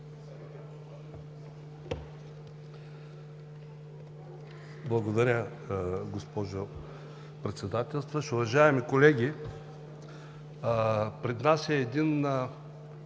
Благодаря, госпожо Председател. Уважаеми колеги, пред нас е едно